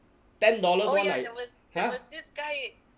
ten dollars one like !huh!